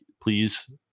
please